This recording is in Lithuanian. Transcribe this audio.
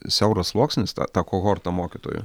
siauras sluoksnis ta ta kohorta mokytojų